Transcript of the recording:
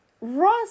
Ross